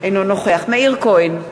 אינו נוכח מאיר כהן,